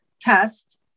test